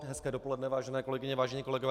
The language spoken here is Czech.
Hezké dopoledne, vážené kolegyně, vážení kolegové.